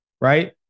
right